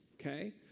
okay